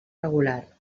regular